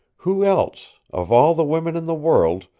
who else, of all the women in the world,